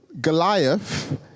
Goliath